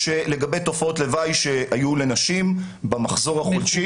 לגבי תופעות לוואי שהיו לנשים במחזור החודשי.